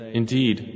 indeed